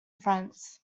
france